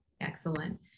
Excellent